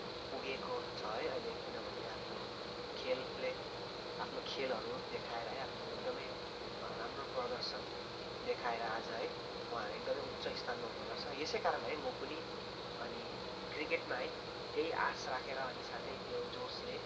पुगेको छ है अहिले किनभने आफ्नो खेलले आफ्नो खेलहरू देखाएर है आफ्नो एकदमै राम्रो प्रदर्शन देखाएर आज है उहाँहरू एकदमै उच्च स्थानमा हुनेगर्छ यसै कारण है म पनि अनि क्रिकेटमा है त्यही आश राखेर अनि साथै त्यो जोसले